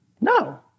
no